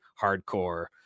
hardcore